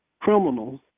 criminals